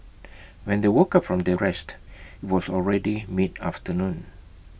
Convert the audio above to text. when they woke up from their rest IT was already mid afternoon